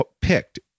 picked